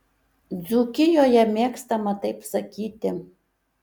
dzūkijoje mėgstama taip sakyti